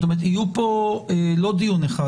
לא יהיה פה דיון אחד,